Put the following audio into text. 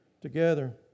together